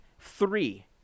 three